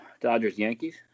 Dodgers-Yankees